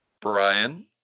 Brian